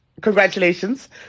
congratulations